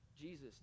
Jesus